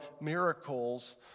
miracles